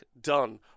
Done